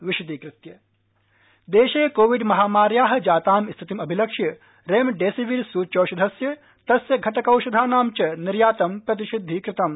निर्यात प्रतिबन्धः देशे कोविड महामार्याः जातां स्थितिम् अभिलक्ष्य रेमडेसिविर स्रच्यौषधस्य तस्य घटकौषधानां च निर्यातं प्रतिषिदधीकृतम्